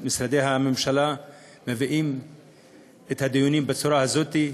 משרדי הממשלה מביאים את הדיונים בצורה הזאת.